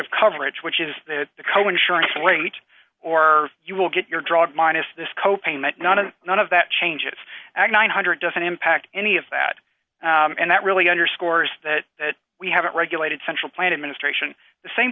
of coverage which is the co insurance weight or you will get your drug minus this co payment none of none of that changes agnon one hundred doesn't impact any of that and that really underscores that that we haven't regulated central plant administration the same